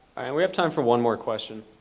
we have time for one more question.